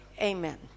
Amen